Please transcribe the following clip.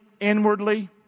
inwardly